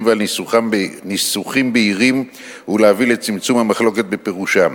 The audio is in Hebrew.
ועל ניסוחים בהירים ולהביא לצמצום המחלוקות בפירושם,